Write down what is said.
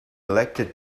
elected